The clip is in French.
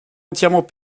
entièrement